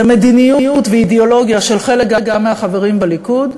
זה מדיניות ואידיאולוגיה גם של חלק מהחברים בליכוד.